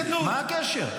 מה הקשר?